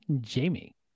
jamie